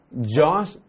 Josh